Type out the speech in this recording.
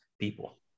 people